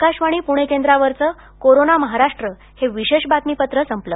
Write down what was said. आकाशवाणी प्णे केंद्रावरचं कोरोना महाराष्ट्र हे विशेष बातमीपत्र संपलं